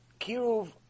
Kiruv